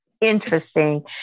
interesting